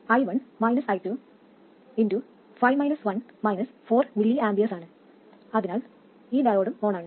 i1 minus i2 എന്നത് 5 minus 1 4 mA ആണ് അതിനാൽ ഈ ഡയോഡും ഓണാണ്